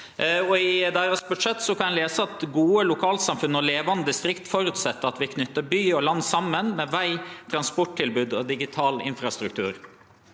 I deira budsjett kan ein lese at gode lokalsamfunn og levande distrikt føreset at vi knyter by og land saman med veg, transporttilbod og digital infrastruktur.